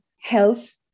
health